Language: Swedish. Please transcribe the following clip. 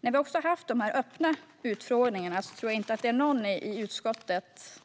När vi haft de öppna utfrågningarna tror jag inte att någon i utskottet